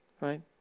right